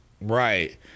Right